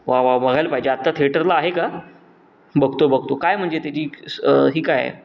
वा वा बघायला पाहिजे आत्ता थेटरला आहे का बघतो बघतो काय म्हणजे त्याची ही काय